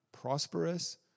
prosperous